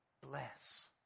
bless